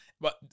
But-